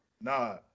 Nah